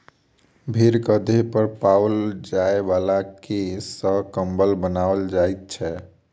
भेंड़क देह पर पाओल जाय बला केश सॅ कम्बल बनाओल जाइत छै